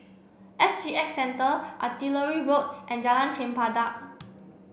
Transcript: S G X Centre Artillery Road and Jalan Chempedak